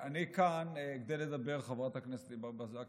אני כאן כדי לדבר, חברת הכנסת ענבר בזק